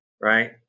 right